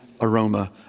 aroma